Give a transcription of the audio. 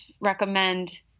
recommend